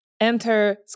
enter